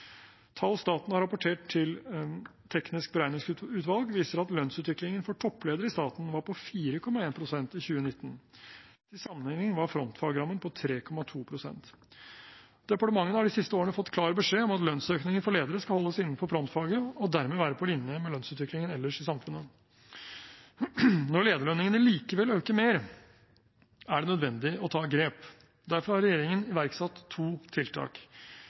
Tall staten har rapportert til Teknisk beregningsutvalg viser at lønnsutviklingen for toppledere i staten var på 4,1 pst. i 2019. Til sammenligning var frontfagsrammen på 3,2 pst. Departementene har de siste årene fått klar beskjed om at lønnsøkningen for ledere skal holdes innenfor frontfaget og dermed være på linje med lønnsutviklingen ellers i samfunnet. Når lederlønningene likevel øker mer, er det nødvendig å ta grep. Derfor har regjeringen iverksatt to tiltak.